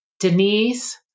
Denise